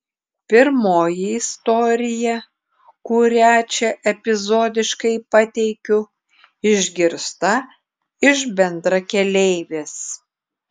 pirmoji istorija kurią čia epizodiškai pateikiu išgirsta iš bendrakeleivės